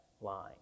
line